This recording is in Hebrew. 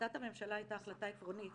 החלטת המשטרה הייתה החלטה עקרונית